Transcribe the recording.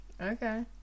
Okay